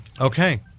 okay